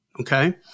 Okay